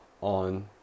On